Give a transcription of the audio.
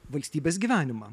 valstybės gyvenimą